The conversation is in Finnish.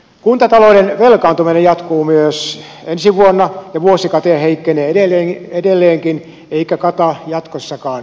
kuntatalouden velkaantuminen jatkuu myös ensi vuonna ja vuosikate heikkenee edelleenkin eikä kata jatkossakaan nettoinvestointeja